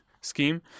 scheme